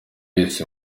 wese